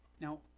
Now